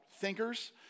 thinkers